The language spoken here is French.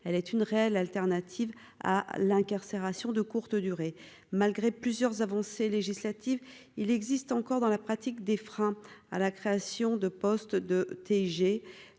elle est une réelle alternative à l'incarcération de courte durée, malgré plusieurs avancées législatives il existe encore dans la pratique des freins à la création de postes de TIG